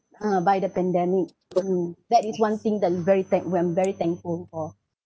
uh by the pandemic mmhmm that is one thing that is very thank uh I'm very thankful for